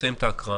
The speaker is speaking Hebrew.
נסיים את ההקראה.